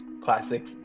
classic